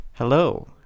Hello